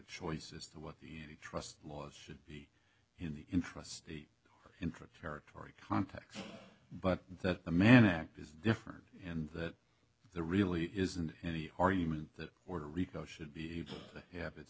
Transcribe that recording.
choice as to what the trust laws should be in the interests of interest territory context but that the mann act is different in that there really isn't any argument that order rico should be able to have its